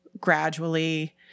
gradually